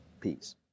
Peace